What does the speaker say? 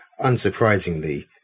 Unsurprisingly